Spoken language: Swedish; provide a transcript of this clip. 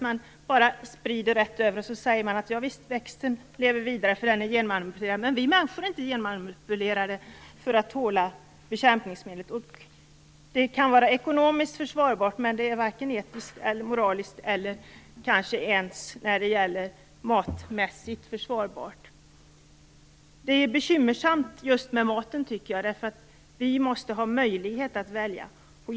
Man sprider bekämpningsmedel och säger: Javisst, växten lever vidare för den är genmanipulerad. Men vi människor är inte genmanipulerade för att tåla bekämpningsmedlet. Det här kan vara ekonomiskt försvarbart, men det är varken etiskt, moraliskt eller kanske ens matmässigt försvarbart. Just det här med maten är bekymmersamt, tycker jag. Vi måste ha möjlighet att välja.